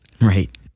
Right